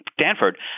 Stanford